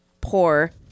poor